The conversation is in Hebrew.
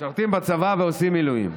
משרתים בצבא ועושים מילואים,